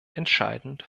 entscheidend